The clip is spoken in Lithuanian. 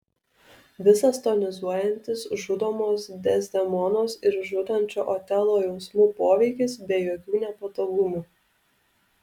visas tonizuojantis žudomos dezdemonos ir žudančio otelo jausmų poveikis be jokių nepatogumų